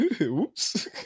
oops